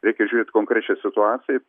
reikia žiūrėt konkrečią situaciją